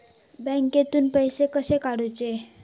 बँकेतून पैसे कसे काढूचे?